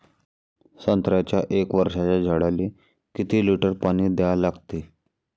संत्र्याच्या एक वर्षाच्या झाडाले किती लिटर पाणी द्या लागते?